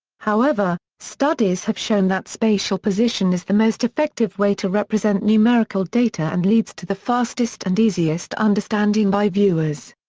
however, studies have shown that spatial position is the most effective way to represent numerical data and leads to the fastest and easiest understanding by viewers.